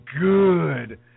good